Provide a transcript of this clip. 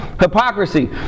Hypocrisy